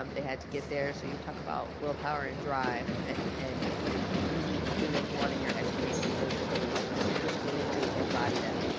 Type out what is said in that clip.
um they had to get there so you talk about willpower and drive and and really, really wanting your education. those students students really truly embody that.